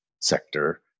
sector